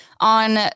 on